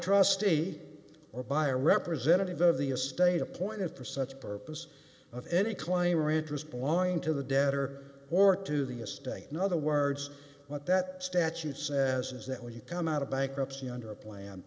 trustee or by a representative of the estate appointed for such purpose of any claim or interest blowing to the debtor or to the estate in other words what that statute says is that when you come out of bankruptcy under a plan